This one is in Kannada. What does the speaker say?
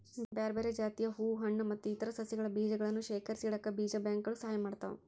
ಬ್ಯಾರ್ಬ್ಯಾರೇ ಜಾತಿಯ ಹೂ ಹಣ್ಣು ಮತ್ತ್ ಇತರ ಸಸಿಗಳ ಬೇಜಗಳನ್ನ ಶೇಖರಿಸಿಇಡಾಕ ಬೇಜ ಬ್ಯಾಂಕ್ ಗಳು ಸಹಾಯ ಮಾಡ್ತಾವ